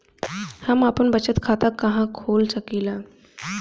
हम आपन बचत खाता कहा खोल सकीला?